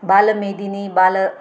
बालमेदिनी बालः